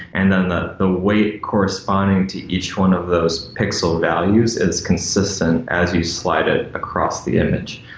and then the the way corresponding to each one of those pixel values is consistent as you slid it across the image.